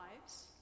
lives